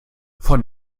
von